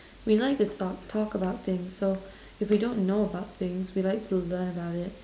we like to talk talk about things so if we don't know about things we like to learn about it